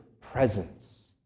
presence